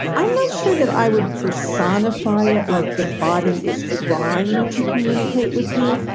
i'm not sure that i would personify it like the body is trying to communicate with you,